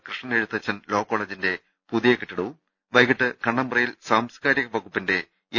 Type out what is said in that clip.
കൃഷ്ണനെഴുത്തച്ഛൻ law കോളേജിന്റെ പുതിയ കെട്ടിടവും വൈകിട്ട് കണ്ണമ്പ്രയിൽ സാംസ്കാ രിക വകുപ്പിന്റെ എം